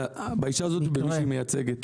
אלא באישה הזאת ובמי שהיא מייצגת.